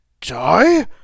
die